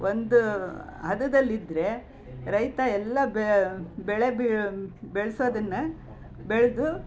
ಒಂದು ಹದದಲ್ಲಿದ್ದರೆ ರೈತ ಎಲ್ಲ ಬೆಳೆ ಬೆಳ್ಸೋದನ್ನು ಬೆಳೆದು